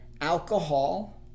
alcohol